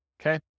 okay